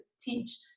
teach